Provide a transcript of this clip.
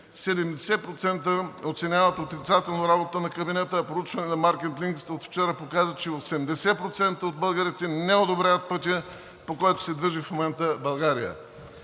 70% оценяват отрицателно работата на кабинета, а проучванията на „Маркет линкс“ от вчера показа, че 80% от българите не одобряват пътя, по който се движи в момента България.